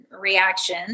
reaction